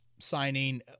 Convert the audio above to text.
signing